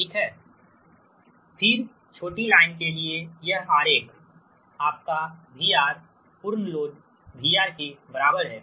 100 फिर छोटी लाइन के लिए यह आरेख आपका VR पूर्ण लोड VR के बराबर है